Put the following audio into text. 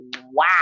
wow